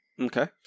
Okay